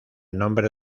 nombre